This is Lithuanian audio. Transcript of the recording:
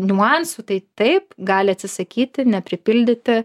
niuansų tai taip gali atsisakyti nepripildyti